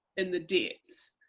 in the depths,